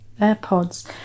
AirPods